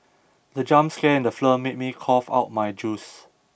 the jump scare in the film made me cough out my juice